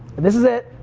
this is it.